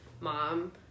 mom